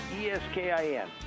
e-s-k-i-n